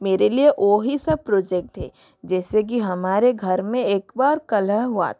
मेरे लिए वो ही सब प्रोजेक्त है जैसे कि हमारे घर में एक बार कलह हुआ था